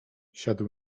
siadł